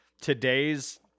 Today's